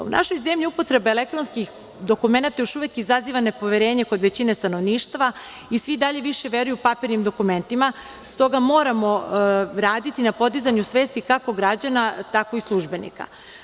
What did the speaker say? U našoj zemlji upotreba elektronskih dokumenata još uvek izaziva nepoverenje kod većine stanovništva i svi dalje više veruju papirnim dokumentima, stoga moramo raditi na podizanju svesti kako građana tako i službenika.